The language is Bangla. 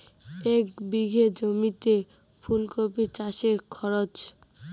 এক বিঘে জমিতে ফুলকপি চাষে খরচ?